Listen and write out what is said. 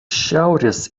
šiaurės